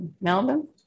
Melbourne